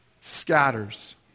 scatters